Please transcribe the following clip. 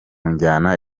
njyana